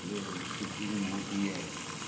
ते एह् शिवजी दी मूर्ति ऐ